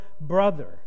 brother